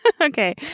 Okay